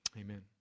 Amen